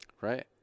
Right